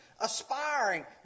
aspiring